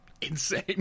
insane